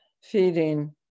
Feeding